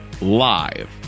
live